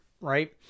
right